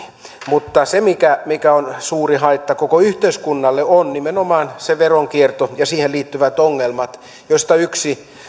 mutta se mikä mikä on suuri haitta koko yhteiskunnalle on nimenomaan veronkierto ja siihen liittyvät ongelmat joista yksi